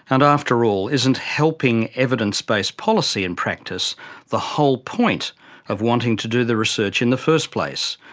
and after all, isn't helping evidence-based policy and practice the whole point of wanting to do the research in the first place?